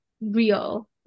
real